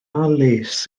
les